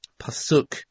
Pasuk